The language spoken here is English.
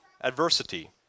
adversity